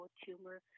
tumor